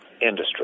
industry